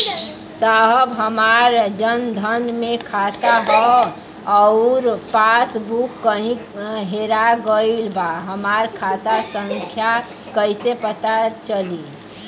साहब हमार जन धन मे खाता ह अउर पास बुक कहीं हेरा गईल बा हमार खाता संख्या कईसे पता चली?